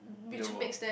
in the world